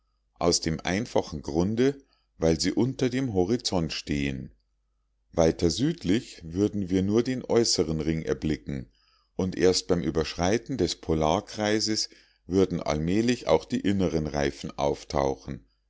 aus dem einfachen grunde weil sie unter dem horizont stehen weiter südlich würden wir nur den äußeren ring erblicken und erst beim überschreiten des polarkreises würden allmählich auch die inneren reifen auftauchen